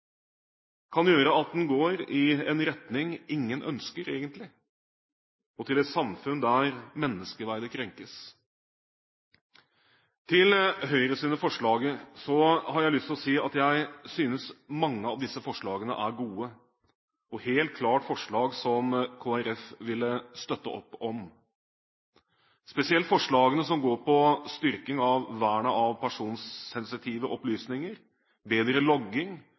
kan gjøre at en går i en retning ingen egentlig ønsker og til et samfunn der menneskeverdet krenkes. Til Høyres forslag har jeg lyst til å si at jeg synes mange av dem er gode og helt klart forslag som Kristelig Folkeparti vil støtte opp om – spesielt forslagene som går på styrking av vernet av personsensitive opplysninger, bedre logging